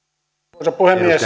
arvoisa puhemies